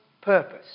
purpose